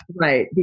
right